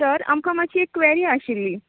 sir आमकां मात्शी एक क्वेरी आशिल्ली